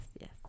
yes